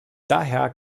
daher